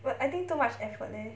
but I think too much effort leh